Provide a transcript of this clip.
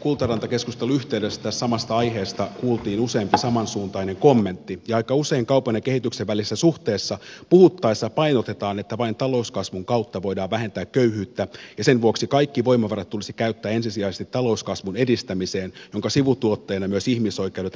kultaranta keskustelun yhteydessä tästä samasta aiheesta kuultiin useampi samansuuntainen kommentti ja aika usein kaupan ja kehityksen välisestä suhteesta puhuttaessa painotetaan että vain talouskasvun kautta voidaan vähentää köyhyyttä ja sen vuoksi kaikki voimavarat tulisi käyttää ensisijaisesti talouskasvun edistämiseen jonka sivutuotteina myös ihmisoikeudet ja demokratia kehittyvät